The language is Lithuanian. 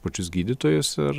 pačius gydytojus ir